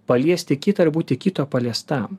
paliesti kitą ir būti kito paliestam